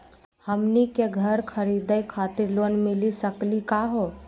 हमनी के घर खरीदै खातिर लोन मिली सकली का हो?